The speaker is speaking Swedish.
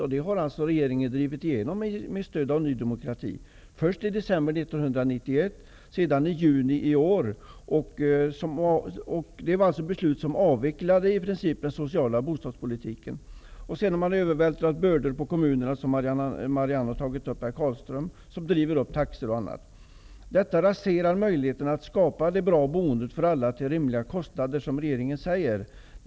Regeringen har alltså drivit igenom hyreshöjningarna med stöd av Ny demokrati -- första gången i december 1991 och sedan i juni i år. Det gäller således beslut som innebar i princip en avveckling av den sociala bostadspolitiken. Sedan har man övervältrat bördor på kommunerna, som Marianne Carlström har beskrivit här. Det har medfört exempelvis taxehöjningar. Härmed raseras möjligheten att skapa ett så bra boende till rimliga kostnader för alla som regeringen talar om.